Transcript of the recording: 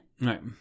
Right